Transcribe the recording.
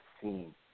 seen